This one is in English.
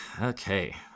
Okay